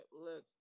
look